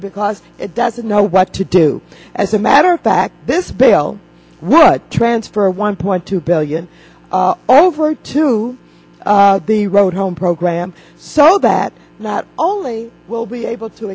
y because it doesn't know what to do as a matter of fact this bill would transfer a one point two billion over to the road home program so that not only will be able to